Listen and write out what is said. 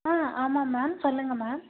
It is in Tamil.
ஆ ஆமாம் மேம் சொல்லுங்கள் மேம்